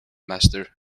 master